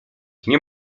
nie